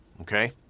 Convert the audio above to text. okay